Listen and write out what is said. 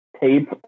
tape